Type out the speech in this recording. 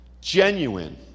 Genuine